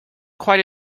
quite